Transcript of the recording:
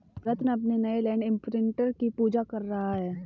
रत्न अपने नए land imprinter की पूजा कर रहा है